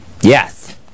Yes